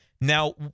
Now